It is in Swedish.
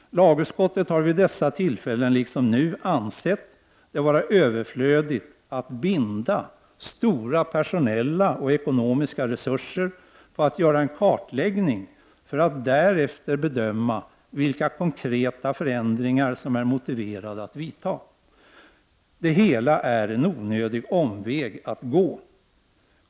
Lagutskottet har vid dessa tillfällen, liksom nu, ansett det vara överflödigt att binda stora personella och ekonomiska resurser till att göra en kartläggning, för att därefter bedöma vilka konkreta förändringar det är motiverat att vidta. Det hela är en onödig omväg.